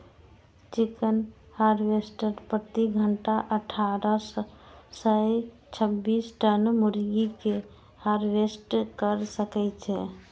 chicken harvester प्रति घंटा अट्ठारह सं छब्बीस टन मुर्गी कें हार्वेस्ट कैर सकै छै